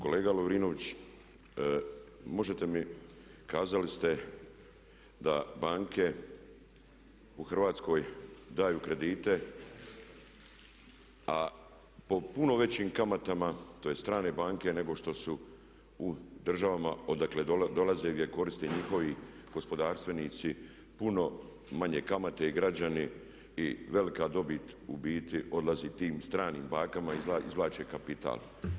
Kolega Lovrinović, možete mi, kazali ste da banke u Hrvatskoj daju kredite a po puno većim kamatama, tj. strane banke nego što su u državama odakle dolaze gdje koriste njihovi gospodarstvenici puno manje kamate i građani i velika dobit u biti odlazi tim stranim bankama, izvlače kapital.